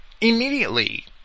immediately